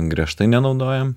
griežtai nenaudojam